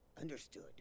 Understood